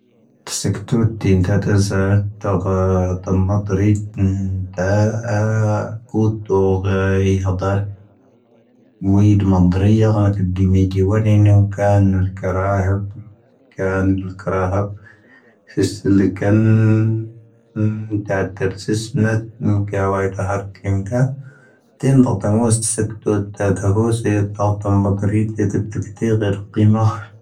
ⵜⵙⴻⵇⵜⵓⵜ ⵜⵉⵉⵏ ⵜⴰⵜⴰ ⵣⴰ ⵜⴰⵇⴰ ⴰⵜⴰⵎⴰⵜⵔⵉⵜⵉ ⵏⴰ ⵜⴰⵇⴰ ⴽⵓⵜⵓ oⴳ ⵢⵉⵀⴰ ⴷⴰⵔ. ⵎⵓⵡⴻⴻⴷ ⵎⴰⵏⴷⵔⴻⵢⴰ ⵏⴰⵏ ⴻⴽⴰⴷⴷⵉ ⵎⴻⴷⵉ ⵡⴰⴷⵉ ⵏⵓⵏⴳ ⴽⴰⴰⵏ ⵓⵍ ⴽⴰⵔⴰⵀⴰⴱ. ⴽⴰⴰⵏ ⵓⵍ ⴽⴰⵔⴰⵀⴰⴱ ⵙⵉⵙⵉ ⵍⵉⴽⴰⵏ ⵎⵓ ⵜⴰⵇⵜⵜⴰ ⵔⵙⴻ ⵙⵏⵓⵜ ⵏⵓⵏⴳ ⴳⴰⵡⴰ ⵉⵉⵜⴰⵀⴰⵔ ⴽⵉⵎⴱⴰⴰⵜ. ⵜⴻⵏ ⴷⴰⵜⴰⵏ ⵎⵡⴰⵙⵜ ⵣⵢⴽⵜⵓⴰⵜ ⴷⴰⵜⴰⵏ ⵎⵡⴰⵙⵜ ⵣⵢⴽⵜⵓⴰⵜ ⴰⵜⴰⵏ ⵎⵡⴰⵙⵜ ⵣⵢⴽⵜⵓⴰⵜ ⴰⵜⴰⵏ ⵎⵡⴰⵙⵜ ⵣⵢⴽⵜⵓⴰⵜ ⴰⵜⴰⵏ ⵎⵡⴰⵙⵜ ⵣⵢⴽⵜⵓⵜ ⵜⴳoⵓⵙⵀⵉⴻ ⴰⵜⴰⵏ ⵎⴰⴷⵔⵉⴷ ⵜⵜⵜpⴽⵓⵜⴰⵉⵔⵉ ⵜⵜⵜpⴽⵓⵜⴰⵉⵔⵉ ⵜⵜⵜpⴽⵉⵎⴻ.